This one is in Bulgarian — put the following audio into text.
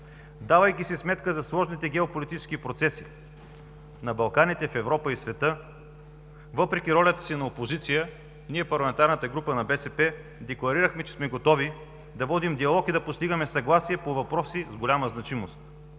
давайки си сметка за сложните геополитически процеси на Балканите, Европа и света. Въпреки ролята си на опозиция, ние – парламентарната група на БСП, декларирахме, че сме готови да водим диалог и да постигаме съгласие по въпроси с голяма значимост,